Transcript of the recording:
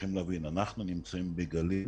צריכים להבין שאנחנו נמצאים בגליל